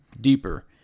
deeper